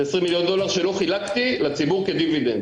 זה 20 מיליון דולר שלא חילקתי לציבור כדיבידנד.